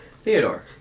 Theodore